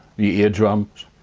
the ear drums,